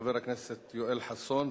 חבר הכנסת יואל חסון,